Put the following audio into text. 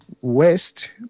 West